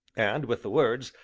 and, with the words,